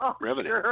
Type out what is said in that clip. revenue